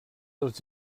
dels